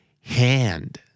hand